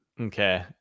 Okay